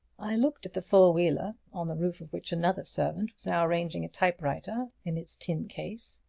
i looked at the four-wheeler, on the roof of which another servant was now arranging a typewriter in its tin case.